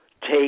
take